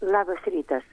labas rytas